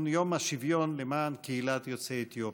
יום השוויון למען קהילת יוצאי אתיופיה.